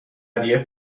ودیعه